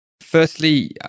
firstly